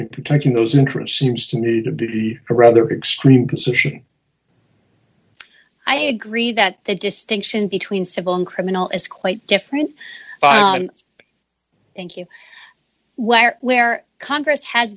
in protecting those interests seems to need to be rather extreme concession i agree that the distinction between civil and criminal is quite different thank you where where congress has